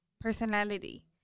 personality